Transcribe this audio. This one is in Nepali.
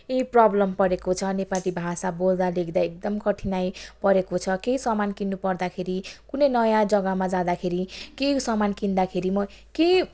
प्रब्लम परेको छ नेपाली भाषा बोल्दा लेख्दा एकदम कठिनाइ परेको छ केही सामान किन्नुपर्दाखेरि कुनै नयाँ जग्गामा जाँदाखेरि केही सामान किन्दाखेरि म केही